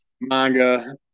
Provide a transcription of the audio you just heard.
manga